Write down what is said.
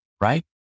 right